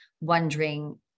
wondering